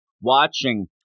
watching